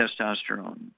testosterone